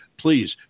Please